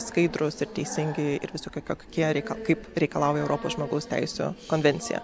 skaidrūs ir teisingi ir visokie kokie kaip reikalauja europos žmogaus teisių konvencija